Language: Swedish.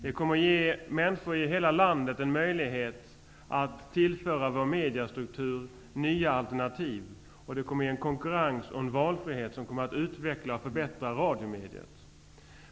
Det kommer att ge människor i hela landet en möjlighet att tillföra vår mediastruktur nya alternativ. Det kommer att ge en konkurrens och valfrihet som kommer att utveckla och förbättra radiomediet.